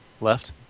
left